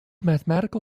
mathematical